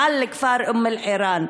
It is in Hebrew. מעל לכפר אום-אלחיראן.